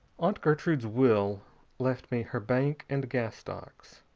aunt gertrude's will left me her bank and gas stocks,